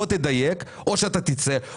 בוא תדייק או שאתה תצא,